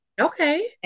Okay